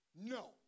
No